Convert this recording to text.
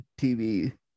TV